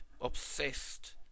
obsessed